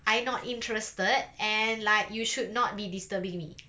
I not interested and like you should not be disturbing me